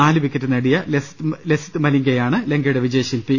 നാല് വിക്കറ്റ് നേടിയ ലസിത് മലിംഗയാണ് ലങ്കയുടെ വിജയശില്പി